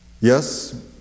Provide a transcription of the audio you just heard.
Yes